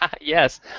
Yes